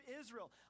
Israel